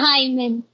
Hyman